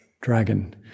dragon